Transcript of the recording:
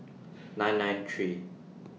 nine nine three